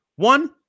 One